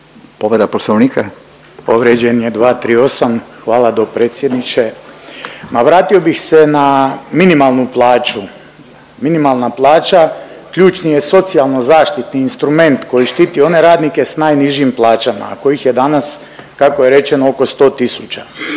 Petar (HDZ)** Povrijeđen je 238., hvala dopredsjedniče. Pa vratio bih se na minimalnu plaću. Minimalna plaća ključni je socijalno zaštitni instrument koji štiti one radnike s najnižim plaćama, a kojih je danas kako je rečeno oko 100